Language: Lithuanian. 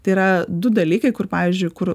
tai yra du dalykai kur pavyzdžiui kur